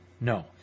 No